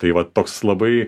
tai va toks labai